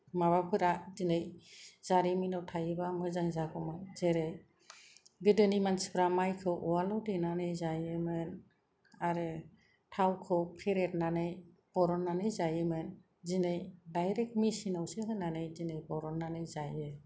माबाफोरा दिनै जारिमिनाव थायोबा मोजां जागौमोन जेरै गोदोनि मानसिफोरा माइखौ उवालाव देनानै जायोमोन आरो थावखौ फेरेदनानै बरननानै जायोमोन दिनै दायरेक्त मेचिन आवसो होनानै दिनै बरननानै जायो